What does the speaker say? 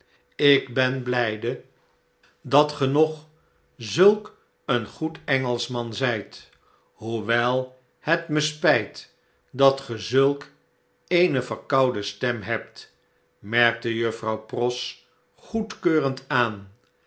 ik ben bljjde dat ge nog zulk een goed engelschman zijt hoewel het me spyt dat ge zulk eene verkouden stem hebt merkte juffrouw pross goedkeurend aan